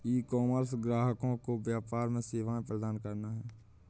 ecommerce ग्राहकों को व्यापार में सेवाएं प्रदान करता है